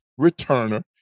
returner